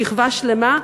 שכבה שלמה,